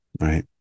right